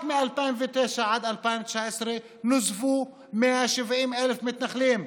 רק מ-2009 עד 2019 נוספו 170,000 מתנחלים,